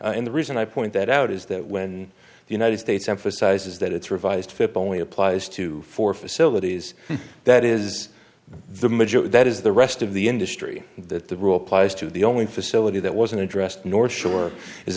tech and the reason i point that out is that when the united states emphasizes that it's revised only applies to four facilities that is the majority that is the rest of the industry that the rule applies to the only facility that wasn't addressed north shore is